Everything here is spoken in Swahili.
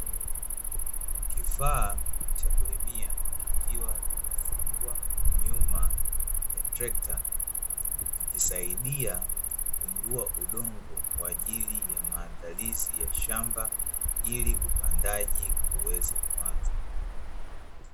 Kifaa cha kulimia kikiwa kimefungwa nyuma ya trekta, kikisaidia kupindua udongo kwa ajili ya maandalizi ya shamba, ili upandaji uweze kuanza.